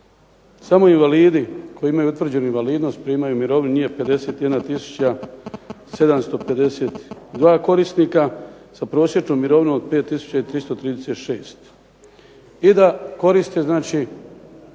samo invalidi koji imaju utvrđenu invalidnost primaju mirovinu. Njih je 51 tisuća 752 korisnika sa prosječnom mirovinom od 5336 i da koriste znači